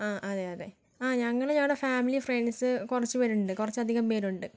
ആ അതെ അതെ ആ ഞങ്ങൾ ഞങ്ങളുടെ ഫാമിലി ഫ്രണ്ട്സ് കുറച്ചുപേരുണ്ട് കുറച്ചധികം പേരുണ്ട്